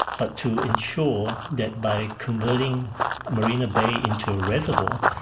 but to ensure that by converting marina bay into a reservoir,